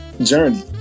journey